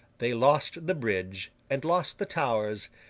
they lost the bridge, and lost the towers,